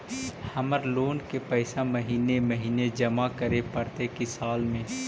हमर लोन के पैसा महिने महिने जमा करे पड़तै कि साल में?